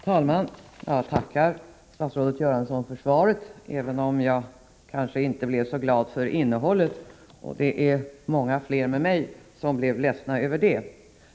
Herr talman! Jag tackar statsrådet Göransson för svaret, även om jag kanske inte blev så glad över innehållet. Många fler med mig blev ledsna över det.